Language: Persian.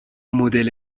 مدل